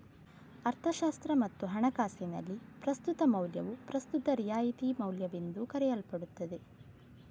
ಅರ್ಥಶಾಸ್ತ್ರ ಮತ್ತು ಹಣಕಾಸುದಲ್ಲಿ, ಪ್ರಸ್ತುತ ಮೌಲ್ಯವು ಪ್ರಸ್ತುತ ರಿಯಾಯಿತಿ ಮೌಲ್ಯಎಂದೂ ಕರೆಯಲ್ಪಡುತ್ತದೆ